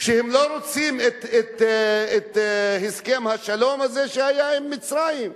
שהם לא רוצים את הסכם השלום הזה שהיה עם מצרים,